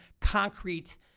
concrete